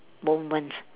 moment